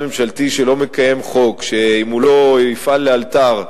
ממשלתי שלא מקיים חוק שאם הוא לא יפעל לאלתר,